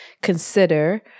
consider